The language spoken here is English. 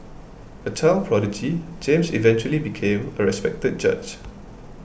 a child prodigy James eventually became a respected judge